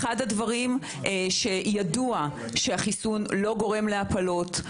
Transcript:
ידוע שהחיסון לא גורם להפלות,